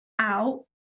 out